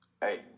hey